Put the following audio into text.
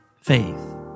faith